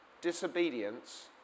Disobedience